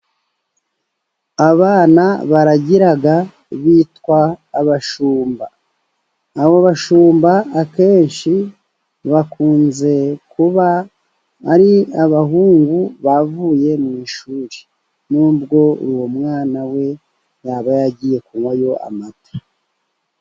Abana baragira bitwa abashumba, abo bashumba akenshi bakunze kuba ari abahungu bavuye mu ishuri, nubwo uwo mwana we yaba yagiye kunwayo amata.